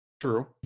true